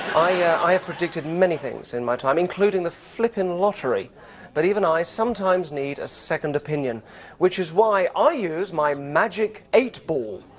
yeah i have predicted many things in my time, including the flipping lottery but even i sometimes need a second opinion which is why i use my magic eight ball.